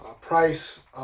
Price